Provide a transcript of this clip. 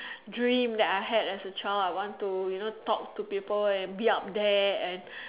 dream that I had as a child I want to you know talk to people and be up there and